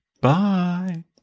Bye